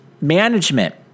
Management